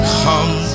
come